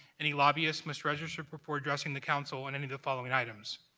any lobbyists must register before addressing the council on any of the following items.